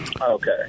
Okay